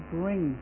bring